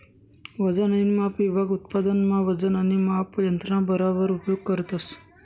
वजन आणि माप विभाग उत्पादन मा वजन आणि माप यंत्रणा बराबर उपयोग करतस